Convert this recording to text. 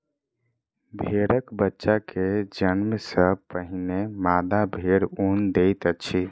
भेड़क बच्चा के जन्म सॅ पहिने मादा भेड़ ऊन दैत अछि